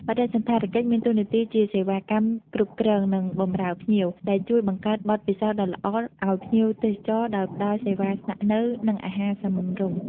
បដិសណ្ឋារកិច្ចមានតួនាទីជាសេវាកម្មគ្រប់គ្រង និងបម្រើភ្ញៀវ ដែលជួយបង្កើតបទពិសោធន៍ដ៏ល្អឲ្យភ្ញៀវទេសចរដោយផ្តល់សេវាស្នាក់នៅ និងអាហារសមរម្យ។